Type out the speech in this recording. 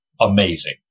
Amazing